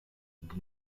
the